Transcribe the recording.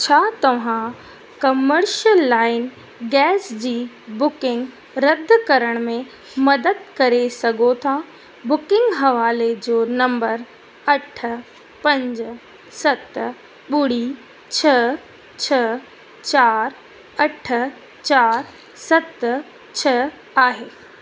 छा तव्हां commercial lime gas जी बुकिंग रदु करण में मदद करे सघो था बुकिंग हवाले जो नंबर अठ पंज सत ॿुड़ी छह छह चार अठ चार सत छह आहे